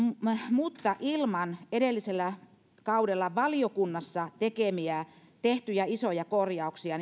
mutta ilman edellisellä kaudella valiokunnassa tehtyjä isoja korjauksia